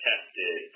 Tested